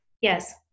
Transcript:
Yes